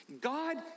God